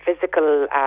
physical